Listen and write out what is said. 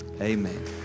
Amen